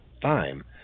time